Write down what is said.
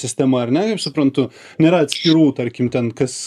sistema ar ne kaip suprantu nėra atskirų tarkim ten kas